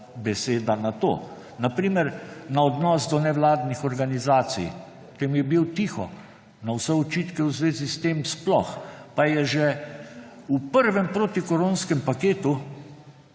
beseda na to. Na primer, na odnos do nevladnih organizacij. Tam je bil tiho. Na vse očitke v zvezi s tem, sploh pa je že v prvem protikoronskem paketu,